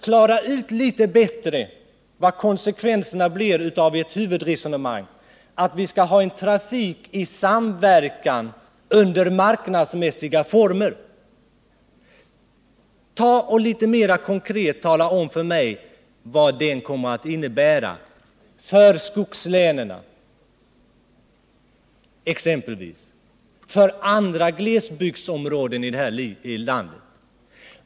Klara ut litet bättre vad som blir konsekvenserna av ert huvudresonemang att vi skall ha en trafik i samverkan under marknadsmässiga former! Tala om för mig vad den kommer att innebära konkret för skogslänen och för andra glesbygdsområden här i landet!